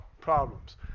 problems